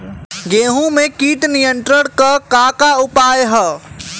गेहूँ में कीट नियंत्रण क का का उपाय ह?